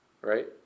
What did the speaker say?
right